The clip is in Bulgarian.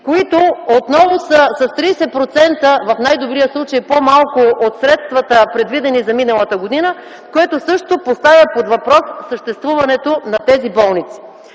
които отново са с 30%, в най-добрия случай, по малко от средствата, предвидени за миналата година, което също поставя под въпрос съществуването на тези болници.